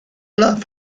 love